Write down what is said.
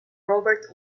robert